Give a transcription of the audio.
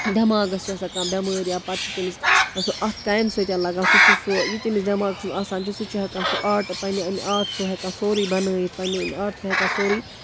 دٮ۪ماغَس چھِ آسان کانٛہہ بٮ۪مٲرۍ یا پَتہٕ چھُ تٔمِس سُہ اتھ کامہٕ سۭتۍ لَگان سُہ چھُ سُہ یہِ تٔمِس دٮ۪ماغَس منٛز آسان چھُ سُہ چھُ ہیٚکان سُہ آرٹ پَنٕنہِ اَمہِ آرٹ تھروٗ ہیٚکان سورُے بَنٲیِتھ پَنٕنہِ آرٹ تھروٗ ہیٚکان سورُے